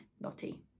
Lottie